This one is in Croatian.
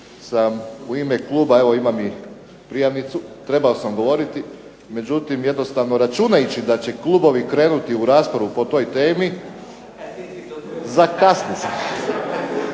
u ime kluba, evo imam i prijavnicu, trebao sam govoriti, međutim jednostavno računajući da će klubovi krenuti u raspravu po toj temi zakasnio